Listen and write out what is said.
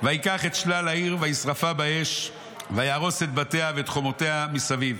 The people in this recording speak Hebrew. וייקח את שלל העיר וישרפה באש ויהרוס את בתיה ואת חומותיה מסביב.